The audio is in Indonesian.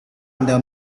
anda